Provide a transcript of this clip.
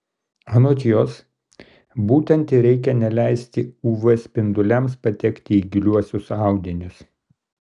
anot jos būtent ir reikia neleisti uv spinduliams patekti į giliuosius audinius